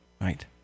right